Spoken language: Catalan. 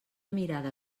mirada